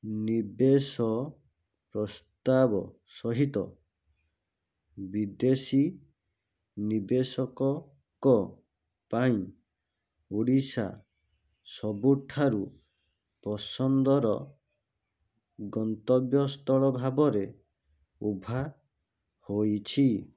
ନିବେଶ ପ୍ରସ୍ତାବ ସହିତ ବିଦେଶୀ ନିବେଶକଙ୍କ ପାଇଁ ଓଡ଼ିଶା ସବୁଠାରୁ ପସନ୍ଦର ଗନ୍ତବ୍ୟସ୍ଥଳ ଭାବରେ ଉଭା ହୋଇଛି